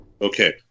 Okay